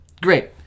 Great